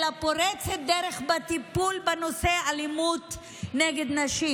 אלא פורצת דרך בטיפול בנושא אלימות נגד נשים,